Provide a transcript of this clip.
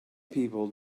people